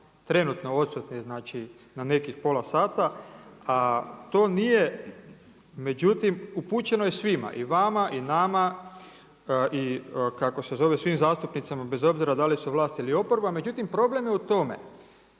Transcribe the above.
trenutno odsutni znači na nekih pola sata, a to nije. Međutim, upućeno je svima i vama i nama i kako se zove svim zastupnicima bez obzira da li su vlas ili oporba. Međutim, problem je u tome